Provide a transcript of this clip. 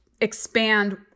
expand